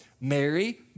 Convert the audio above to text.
Mary